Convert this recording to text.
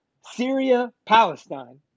Syria-Palestine